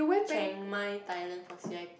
Chengmai Thailand for C_I_P